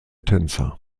tänzer